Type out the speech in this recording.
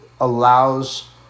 allows